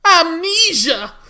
amnesia